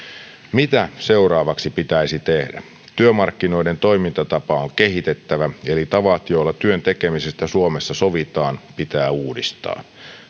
mitä seuraavaksi pitäisi tehdä markkinoiden toimintatapaa on kehitettävä eli tavat joilla työn tekemisestä suomessa sovitaan pitää uudistaa